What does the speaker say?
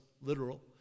literal